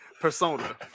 persona